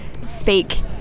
speak